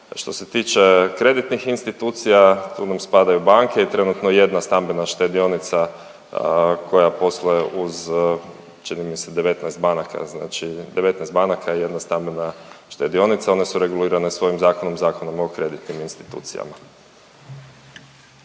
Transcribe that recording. što se tiče kreditnih institucija, tu nam spadaju banke i trenutno jedna stambena štedionica koja posluje uz, čini mi se 19 banaka. Znači 19 banaka i jedna stambena štedionica. One su regulirane svojim zakonom, Zakonom o kreditnim institucijama.